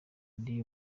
ndi